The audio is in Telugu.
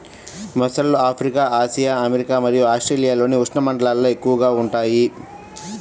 మొసళ్ళు ఆఫ్రికా, ఆసియా, అమెరికా మరియు ఆస్ట్రేలియాలోని ఉష్ణమండలాల్లో ఎక్కువగా ఉంటాయి